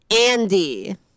Andy